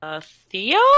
Theo